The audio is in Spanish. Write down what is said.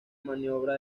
maniobra